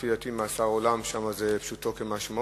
לפי דעתי מאסר עולם שם זה פשוטו כמשמעו.